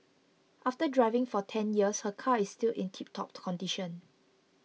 after driving for ten years her car is still in tiptop condition